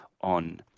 on